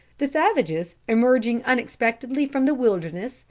the savages, emerging unexpectedly from the wilderness,